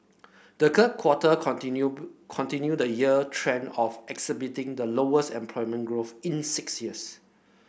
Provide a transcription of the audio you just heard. the quarter continue continued the year trend of exhibiting the lowest employment growth in six years